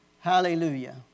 Hallelujah